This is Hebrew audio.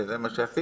וזה מה שעשינו.